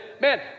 Man